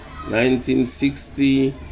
1960